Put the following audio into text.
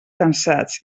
cansats